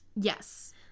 Yes